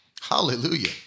Hallelujah